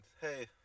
hey